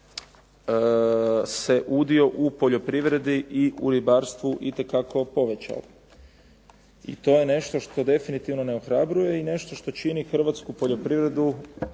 da se udio u poljoprivredi i u ribarstvu itekako povećao i to je nešto što definitivno ne ohrabruje i nešto što čini hrvatsku poljoprivredu